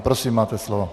Prosím, máte slovo.